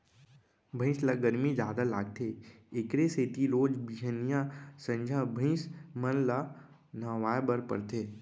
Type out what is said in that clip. भइंस ल गरमी जादा लागथे एकरे सेती रोज बिहनियॉं, संझा भइंस मन ल नहवाए बर परथे